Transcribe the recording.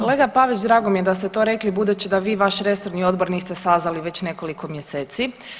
Kolega Pavić drago mi je da ste to rekli budući da vi vaš resorni odbor niste sazvali već nekoliko mjeseci.